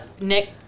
Nick